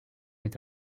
est